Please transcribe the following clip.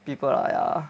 people lah ya